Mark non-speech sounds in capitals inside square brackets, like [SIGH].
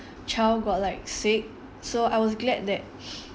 child got like sick so I was glad that [BREATH]